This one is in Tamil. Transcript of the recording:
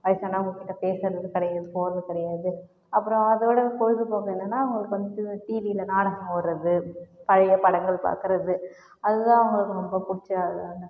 வயசானவங்ககிட்ட பேசுகிறதும் கிடையாது போகறதும் கிடையாது அப்புறம் அதோட பொழுதுபோக்கு என்னன்னா அவங்களுக்கு வந்து டிவி டிவியில நாடகம் ஓடுறது பழைய படங்கள் பார்க்குறது அது தான் அவங்களுக்கு ரொம்ப பிடிச்சதா